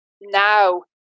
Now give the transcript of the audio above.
now